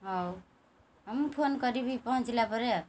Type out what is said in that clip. ହଉ ହଁ ମୁଁ ଫୋନ୍ କରିବି ପହଞ୍ଚିଲା ପରେ ଆଉ